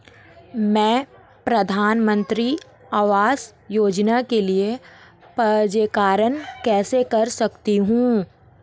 मैं प्रधानमंत्री आवास योजना के लिए पंजीकरण कैसे कर सकता हूं?